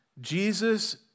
Jesus